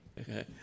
okay